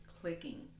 clicking